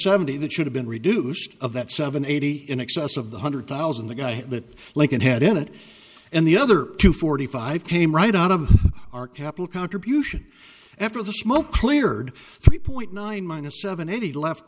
seventy that should have been reduced of that seven eighty in excess of the hundred thousand the guy that like it had in it and the other two forty five came right out of our capital contribution after the smoke cleared three point nine minus seven